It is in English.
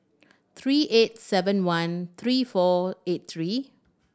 three eight seven one three four eight three